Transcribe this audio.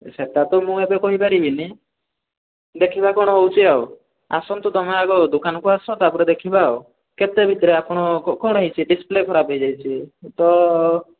ସେଇଟା ତ ମୁଁ ଏବେ କହି ପାରିବିନି ଦେଖିବା କ'ଣ ହଉଛି ଆଉ ଆସନ୍ତୁ ତମେ ଆଗ ଦୋକାନକୁ ଆସ ତା'ପରେ ଦେଖିବା ଆଉ କେତେ ଭିତରେ ଆପଣଙ୍କର କ'ଣ ହେଇଛି ଡିସପ୍ଲେ ଖରାପ ହେଇଯାଇଛି ତ